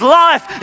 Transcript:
life